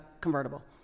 convertible